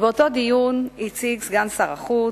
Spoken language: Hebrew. באותו דיון הציג סגן שר החוץ,